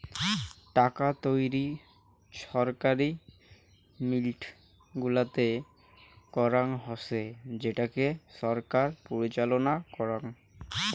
টাকা তৈরী ছরকারি মিন্ট গুলাতে করাঙ হসে যেটাকে ছরকার পরিচালনা করাং